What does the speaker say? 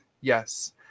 Yes